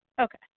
Okay